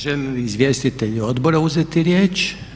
Žele li izvjestitelji Odbora uzeti riječ?